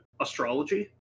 astrology